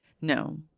no